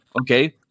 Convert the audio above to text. Okay